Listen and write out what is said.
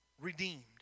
Redeemed